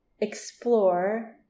explore